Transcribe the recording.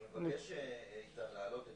אני מבקש איתן, להעלות את